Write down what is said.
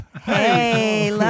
hey